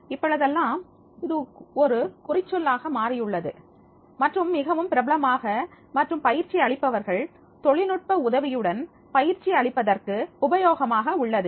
இப்பொழுதெல்லாம் இது ஒரு குறிச்சொல் ஆக மாறியுள்ளது மற்றும் மிகவும் பிரபலமாக மற்றும் பயிற்சி அளிப்பவர்கள் தொழில்நுட்ப உதவியுடன் பயிற்சி அளிப்பதற்கு உபயோகமாக உள்ளது